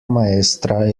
maestra